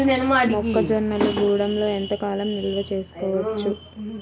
మొక్క జొన్నలు గూడంలో ఎంత కాలం నిల్వ చేసుకోవచ్చు?